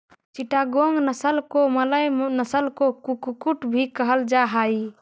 चिटागोंग नस्ल को मलय नस्ल का कुक्कुट भी कहल जा हाई